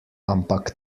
ampak